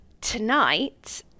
tonight